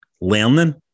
learning